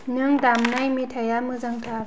नों दामनाय मेथाइआ मोजांथार